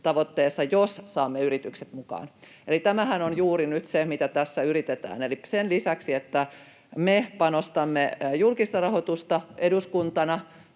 tavoitteessa, jos saamme yritykset mukaan. Eli tämähän on juuri nyt se, mitä tässä yritetään. Eli sen lisäksi, että me panostamme julkista rahoitusta eduskuntana